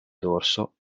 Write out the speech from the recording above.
dorso